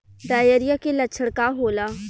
Diarrhoea के लक्षण का होला?